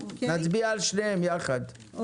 נצביע על שניהם יחד.